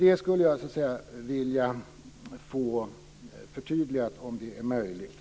Det skulle jag alltså vilja få förtydligat, om det är möjligt.